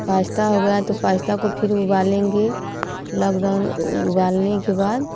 pasta हो गया तो पास्ता को फिर उबालेंगे लॉकडाउन उबालने के बाद